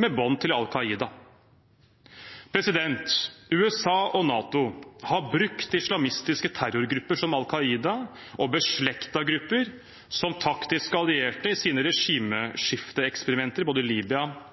med bånd til Al Qaida. USA og NATO har brukt islamistiske terrorgrupper som Al Qaida og beslektede grupper som taktisk allierte i sine regimeskifteeksperimenter i både Syria og Libya,